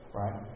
right